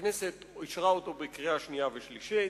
שהכנסת אישרה בקריאה שנייה ושלישית.